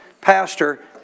pastor